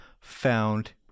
found